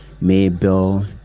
Mabel